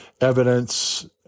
Evidence